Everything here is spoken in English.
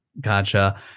Gotcha